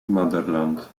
montherlant